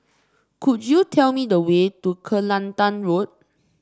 could you tell me the way to Kelantan Road